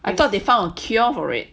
I thought they found a cure for it